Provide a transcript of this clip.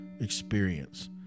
experience